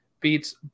beats